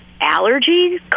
allergies